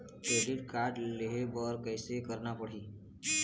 Credit card लेहे बर कैसे करना पड़ही?